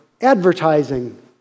advertising